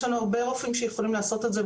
יש לנו הרבה רופאים שיכולים לעשות את זה,